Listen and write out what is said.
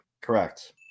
Correct